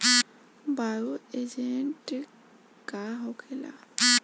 Bio agent का होखेला?